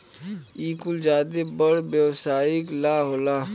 इ कुल ज्यादे बड़ व्यवसाई ला होला